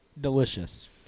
Delicious